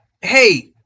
hey